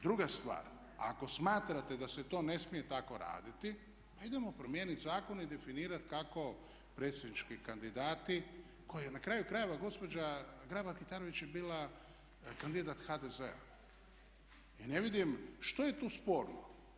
Druga stvar ako smatrate da se to ne smije tako raditi idemo promijeniti zakon i definirati kako predsjednički kandidati koji na kraju krajeva gospođa Grabar-Kitarović je bila kandidat HDZ-a i ne vidim što je tu sporno?